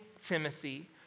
Timothy